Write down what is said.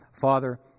Father